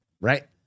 right